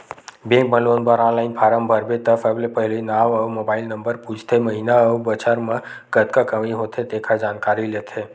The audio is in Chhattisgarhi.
बेंक म लोन बर ऑनलाईन फारम भरबे त सबले पहिली नांव अउ मोबाईल नंबर पूछथे, महिना अउ बछर म कतका कमई होथे तेखर जानकारी लेथे